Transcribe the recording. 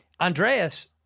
Andreas